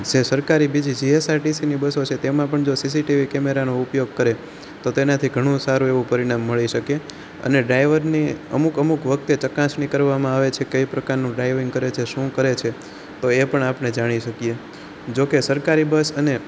સરકારી બીજી જીએસઆરટીસી ની બસો છે તેમાં પણ જો સીસીટીવી કેમેરાનો ઉપયોગ કરે તો તેનાથી ઘણું સારું એવું પરિણામ મળી શકે અને ડ્રાયવરની અમુક અમુક વખતે ચકાસણી કરવામાં આવે છે કઈ પ્રકારનું ડ્રાઇવિંગ કરે છે શું કરે છે તો એ પણ આપણે જાણી શકીએ જોકે સરકારી બસ અને